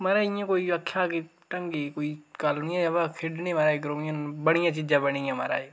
महाराज इयां कोई आखेआ के ढंगै दी कोई गल्ल नेईं महाराज खेढने गी अज्जकल बढियां चीज़ा बनी दियां महाराज